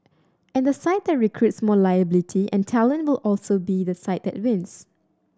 and the side that recruits more ability and talent will also be the side that wins